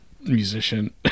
musician